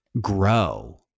grow